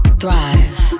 thrive